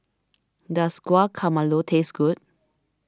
does Guacamole taste good